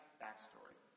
backstory